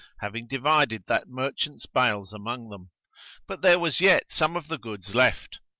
having divided that merchant's bales among them but there was yet some of the goods left.